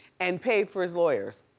and paid for his lawyers.